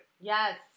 yes